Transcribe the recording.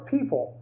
People